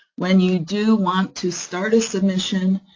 when you do want to start a submission,